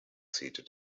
seated